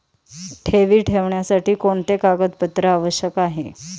ठेवी ठेवण्यासाठी कोणते कागदपत्रे आवश्यक आहे?